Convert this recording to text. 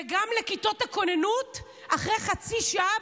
וגם לכיתות הכוננות אחרי חצי שעה,